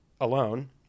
alone